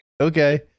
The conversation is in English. okay